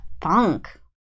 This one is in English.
funk